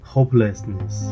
Hopelessness